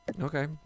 Okay